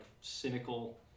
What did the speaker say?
cynical